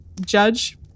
Judge